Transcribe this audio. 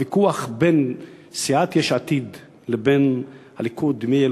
הוויכוח בין סיעת יש עתיד לבין הליכוד מי יהיה